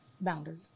boundaries